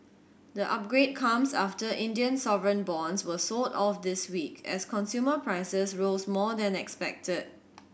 the upgrade comes after Indian sovereign bonds were sold off this week as consumer prices rose more than expected